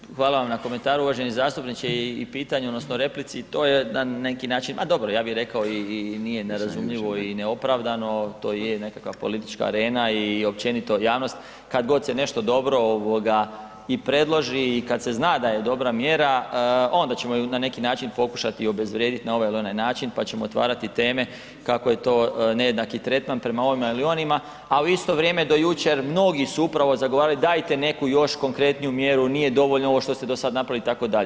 Pa hvala vam na komentaru, uvaženi zastupniče i pitanju odnosno replici i to je na neki način a dobro, ja bi rekao i nije nerazumljivo i neopravdano, to i je nekakva politička arena i općenito javnost kad god se nešto dobro i predloži i kad se zna da je dobra mjera, onda ćemo na neki način pokušati obezvrijediti na ovaj ili onaj način pa ćemo otvarati teme kako je to nejednaki tretman prema ovima ili onima a u isto vrijeme do jučer mnogi su upravo zagovarali dajte neku još konkretniju mjeru, nije dovoljno ovo što ste do sad napravili itd.